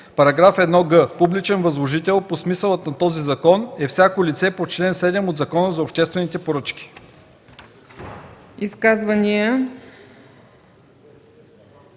§ 1г: „§ 1г. „Публичен възложител” по смисъла на този закон е всяко лице по чл. 7 от Закона за обществените поръчки.”